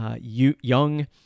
young